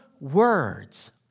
words